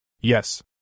Yes